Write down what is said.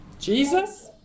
Jesus